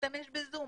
להשתמש בזום.